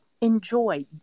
enjoy